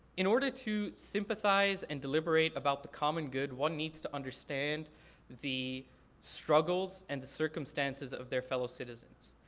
in order to sympathize and deliberate about the common good one needs to understand the struggles and the circumstances of their fellow citizens.